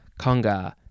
conga